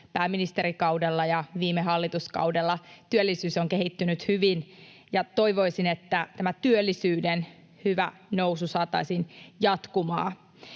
pääministerikaudella ja viime hallituskaudella työllisyys on kehittynyt hyvin, ja toivoisin, että tämä työllisyyden hyvä nousu saataisiin jatkumaan.